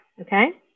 okay